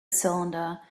cylinder